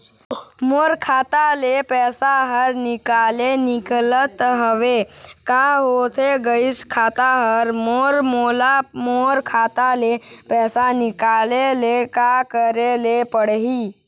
मोर खाता ले पैसा हर निकाले निकलत हवे, का होथे गइस खाता हर मोर, मोला मोर खाता ले पैसा निकाले ले का करे ले पड़ही?